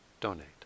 donate